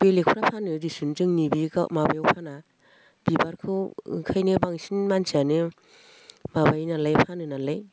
बेलेगफ्रा फानो दिसुन जोंनि माबायाव फाना बिबारखौ ओंखायनो बांसिन मानसियानो माबायोनालाय फानो नालाय